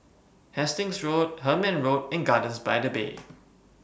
Hastings Road Hemmant Road and Gardens By The Bay